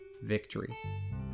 victory